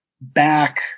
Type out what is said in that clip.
back